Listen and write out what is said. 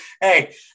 Hey